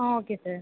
ah okay sir